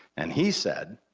and he said